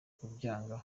kubyanga